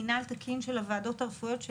מינהל תקין של הוועדות הרפואיות.